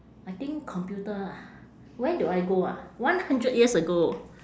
I think computer ah when do I go ah one hundred years ago